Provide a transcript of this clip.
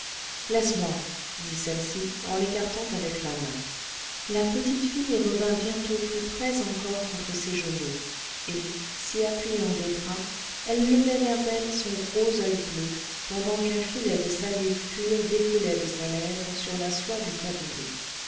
laisse-moi dit celle-ci en l'écartant avec la main la petite fille bientôt revint plus près encore contre ses genoux et s'y appuyant des bras elle levait vers elle son gros oeil bleu pendant qu'un filet de salive pure découlait de sa lèvre sur la soie du tablier